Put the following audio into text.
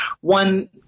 one